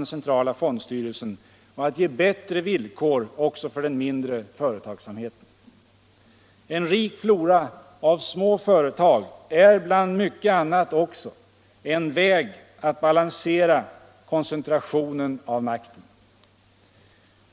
den centrala fondstyrelsen och att ge bättre villkor också för den mindre företagsamheten. En rik flora av små företag är bland mycket annat också en väg att balansera koncentrationen av makten.